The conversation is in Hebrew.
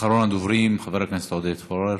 אחרון הדוברים, חבר הכנסת עודד פורר,